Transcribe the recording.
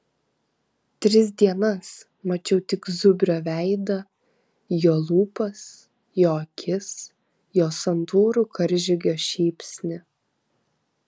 tris dienas mačiau tik zubrio veidą jo lūpas jo akis jo santūrų karžygio šypsnį